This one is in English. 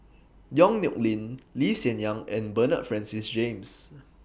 Yong Nyuk Lin Lee Hsien Yang and Bernard Francis James